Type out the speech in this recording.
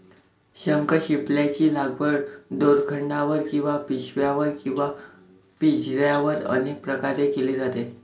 शंखशिंपल्यांची लागवड दोरखंडावर किंवा पिशव्यांवर किंवा पिंजऱ्यांवर अनेक प्रकारे केली जाते